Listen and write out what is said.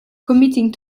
committing